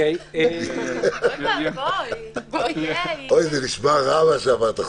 אוי, מה שאמרת עכשיו נשמע רע.